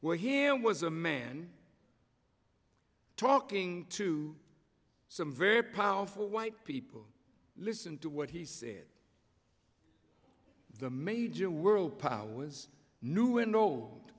where here was a man talking to some very powerful white people listen to what he said the major world powers knew and